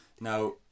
Now